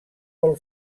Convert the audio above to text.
vol